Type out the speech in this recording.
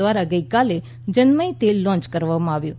દ્વારા ગઇકાલે જન્મય તેલ લોન્ચ કરવામાં આવ્યું છે